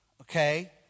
okay